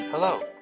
Hello